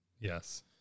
Yes